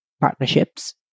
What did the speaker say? partnerships